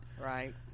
right